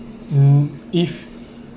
mm if